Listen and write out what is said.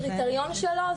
הקריטריון שלו,